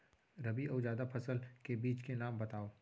रबि अऊ जादा फसल के बीज के नाम बताव?